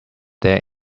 there